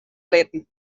litten